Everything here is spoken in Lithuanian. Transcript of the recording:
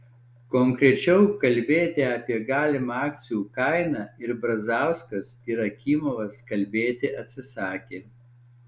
konkrečiau kalbėti apie galimą akcijų kainą ir brazauskas ir akimovas kalbėti atsisakė